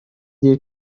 دیر